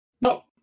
No